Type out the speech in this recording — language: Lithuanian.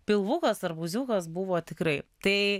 pilvukas arbūziukas buvo tikrai tai